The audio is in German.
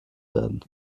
werden